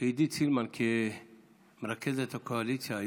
שעידית סילמן כמרכזת הקואליציה,